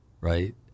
right